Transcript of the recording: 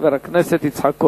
חבר הכנסת יצחק כהן.